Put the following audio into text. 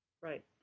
Right